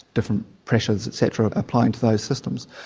different pressures et cetera applying to those systems.